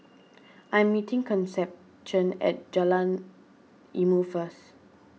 I'm meeting Concepcion at Jalan Ilmu first